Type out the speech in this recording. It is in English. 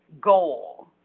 goal